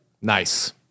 Nice